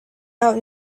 out